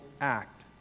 act